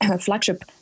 flagship